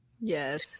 Yes